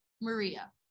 Maria